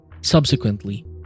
Subsequently